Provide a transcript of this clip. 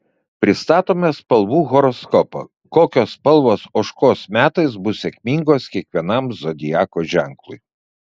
pristatome spalvų horoskopą kokios spalvos ožkos metais bus sėkmingos kiekvienam zodiako ženklui